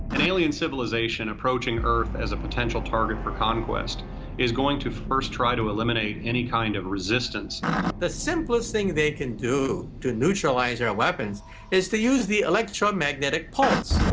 an alien civilization approaching earth as a potential target for conquest is going to first try to eliminate any kind of resistance the simplest thing they can do to neutralize their weapons is to use the electromagnetic pulse